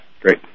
Great